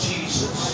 Jesus